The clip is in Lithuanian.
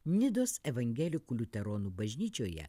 nidos evangelikų liuteronų bažnyčioje